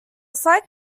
slight